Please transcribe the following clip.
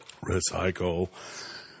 Recycle